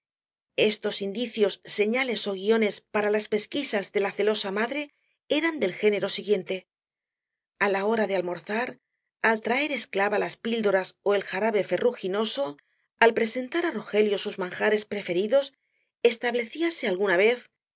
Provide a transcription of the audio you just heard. estos indicios señales ó guiones para las pesquisas de la celosa madre eran del género siguiente a la hora de almorzar al traer esclava las píldoras ó el jarabe ferruginoso al presentar á rogelio sus manjares preferidos establecíase alguna vez y que